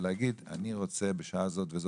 ולהגיד "אני רוצה בשעה כזאת וכזאת,